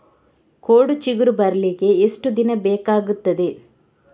ಕೋಡು ಚಿಗುರು ಬರ್ಲಿಕ್ಕೆ ಎಷ್ಟು ದಿನ ಬೇಕಗ್ತಾದೆ?